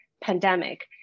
pandemic